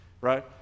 right